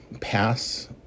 pass